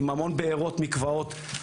עם המון בארות ומקוואות.